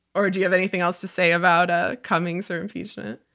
or do you have anything else to say about ah cummings or impeachment?